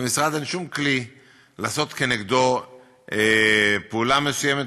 למשרד אין שום כלי לעשות נגדו פעולה מסוימת,